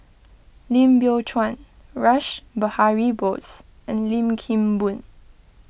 Lim Biow Chuan Rash Behari Bose and Lim Kim Boon